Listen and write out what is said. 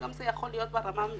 וגם זה יכול להיות ברמה המפעלית.